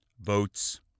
votes